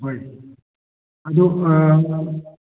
ꯍꯣꯏ ꯑꯗꯣ